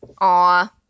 Aw